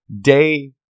day